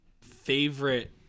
favorite